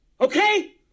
Okay